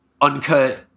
uncut